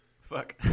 Fuck